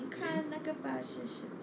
你看那个巴士是